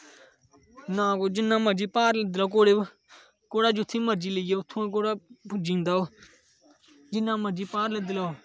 नां कोई जिन्ना मर्जी भार लद्दी लैओ घोडे़ उप्पर घोड़ा जित्थै मर्जी लेई जाओ उत्थू गै घोड़ा पुज्जी जंदा ओह् जिन्ना मर्जी भार लद्दी लैओ